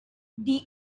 the